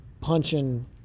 punching